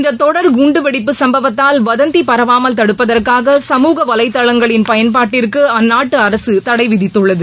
இந்த தொடர் குண்டுவெடிப்பு சும்பவத்தால் வதந்தி பரவாமல் தடுப்பதற்காக சமூக வலைதளங்களின் பயன்பாட்டிற்கு அந்நாட்டு அரசு தடை விதித்துள்ளது